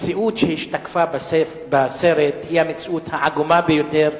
המציאות שהשתקפה בסרט היא המציאות העגומה ביותר,